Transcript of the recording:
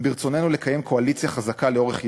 אם ברצוננו לקיים קואליציה חזקה לאורך ימים,